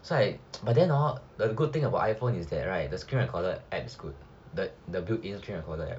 so right but then hor the good thing about iphone is that right the screen recorder app is good the built in screen recorder app